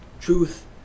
Truth